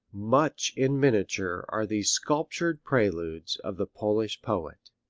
much in miniature are these sculptured preludes of the polish poet.